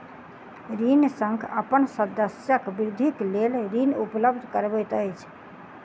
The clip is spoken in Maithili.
ऋण संघ अपन सदस्यक वृद्धिक लेल ऋण उपलब्ध करबैत अछि